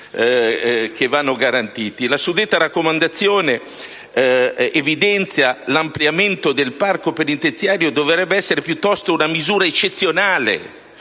La suddetta raccomandazione evidenzia che «l'ampliamento del parco penitenziario dovrebbe essere piuttosto una misura eccezionale